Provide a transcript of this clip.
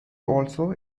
also